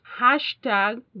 hashtag